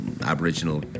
Aboriginal